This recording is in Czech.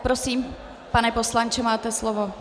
Prosím, pane poslanče, máte slovo.